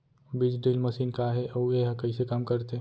बीज drill machine का हे अऊ एहा कइसे काम करथे?